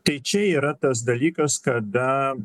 tai čia yra tas dalykas kada